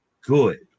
good